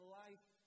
life